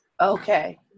Okay